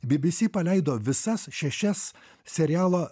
bbc paleido visas šešias serialo